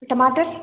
टमाटर